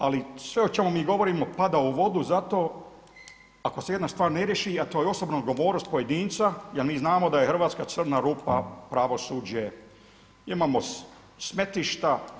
Ali sve o čemu mi govorimo pada u vodu zato ako se jedna stvar ne riješi, a to je osobna odgovornost pojedinca jel mi znamo da je Hrvatska crna rupa pravosuđe, imamo smetlišta.